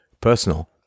personal